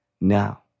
now